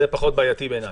זה פחות בעייתי בעיניי,